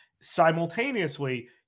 Simultaneously